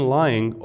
lying